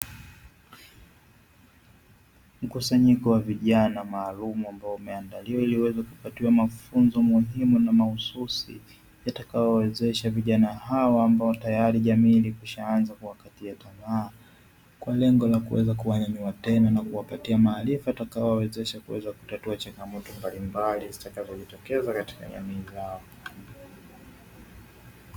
Mkusanyiko wa vijana maalumu ambao umeandaliwa ili uweza kupatiwa mafunzo maalumu na mahususi, yatakayowawezesha vijana hawa ambao tayari jamii ilikwishaanza kuwakatia tamaa kwa lengo la kuwanyanyua tena na kuwapatia maarifa, yatakayowawezesha kuweza kutatua changamoto mbalimbali zitakazojitokeza katika jamii yao.